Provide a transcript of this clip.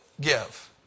give